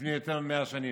לפני יותר ממאה שנים,